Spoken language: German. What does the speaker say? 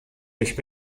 durch